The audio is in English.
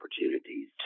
opportunities